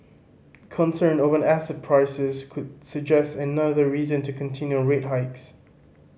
concern over asset prices could suggest another reason to continue rate hikes